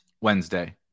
Wednesday